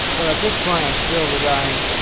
well, at this point, i'm still relying,